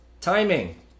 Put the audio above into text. timing